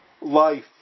life